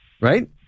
right